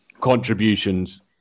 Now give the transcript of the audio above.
contributions